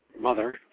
mother